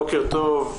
בוקר טוב.